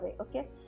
Okay